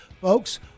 Folks